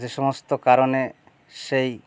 যে সমস্ত কারণে সেই